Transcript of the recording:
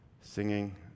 singing